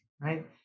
right